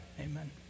amen